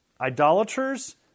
idolaters